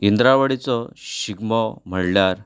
इंद्रावडीचो शिगमो म्हणल्यार